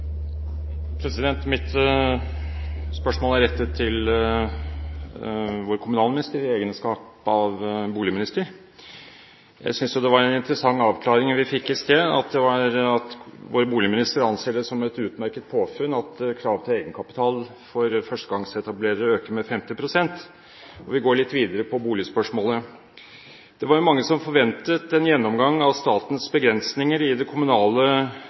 vår kommunalminister i egenskap av boligminister. Jeg synes jo det var en interessant avklaring vi fikk i sted, at vår boligminister anser det som et utmerket påfunn at krav til egenkapital for førstegangsetablerere øker med 50 pst. Vi går litt videre på boligspørsmålet: Det var mange som forventet en gjennomgang av statens begrensninger i det kommunale